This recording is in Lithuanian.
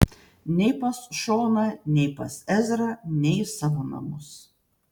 nei pas šoną nei pas ezrą nei į savo namus